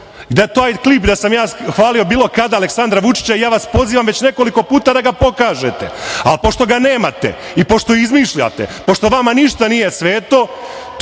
Taj klip gde sam ja hvalio bilo kada Aleksandra Vučića, ja vas pozivam već nekoliko puta da ga pokažete, a pošto ga nemate i pošto izmišljate, pošto vama ništa nije sveto,